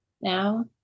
Now